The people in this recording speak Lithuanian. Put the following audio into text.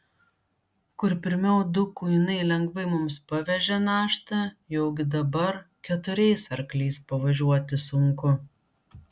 kur pirmiau du kuinai lengvai mums pavežė naštą jaugi dabar keturiais arkliais pavažiuoti sunku